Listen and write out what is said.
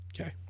okay